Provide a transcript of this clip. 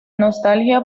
nostalgia